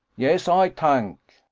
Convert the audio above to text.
yes, ay tank.